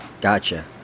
Gotcha